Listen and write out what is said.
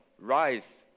Rise